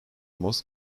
most